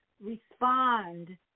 respond